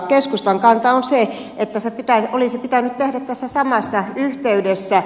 keskustan kanta on se että se olisi pitänyt tehdä tässä samassa yhteydessä